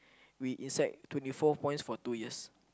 we inside twenty four points for two years